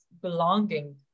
belonging